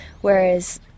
whereas